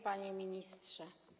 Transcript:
Panie Ministrze!